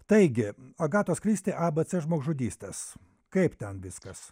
taigi agatos kristi a b c žmogžudystės kaip ten viskas